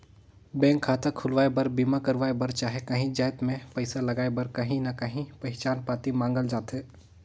bank खाता खोलवाए बर, बीमा करवाए बर चहे काहींच जाएत में पइसा लगाए बर काहीं ना काहीं पहिचान पाती मांगल जाथे